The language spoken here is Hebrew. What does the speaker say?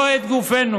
לא את גופנו.